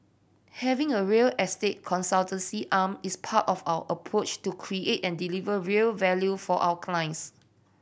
having a real estate consultancy arm is part of our approach to create and deliver real value for our clients